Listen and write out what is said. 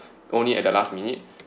only at the last minute